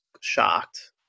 shocked